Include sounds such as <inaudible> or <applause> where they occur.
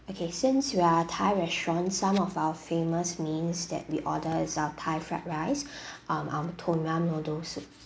okay since we are thai restaurants some of our famous mains that we order is our thai fried rice <breath> um our tom yum noodle soup